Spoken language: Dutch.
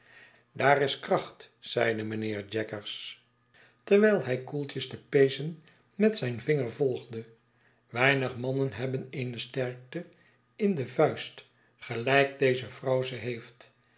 daar is kracht zeide mijnheer jaggers terwijl hij koeltjes de pezen met zijn vinger volgde weinig mannen hebben eene sterkte in de vuist gelijk deze vrouw ze heeft